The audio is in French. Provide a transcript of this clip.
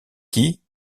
qui